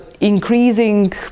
increasing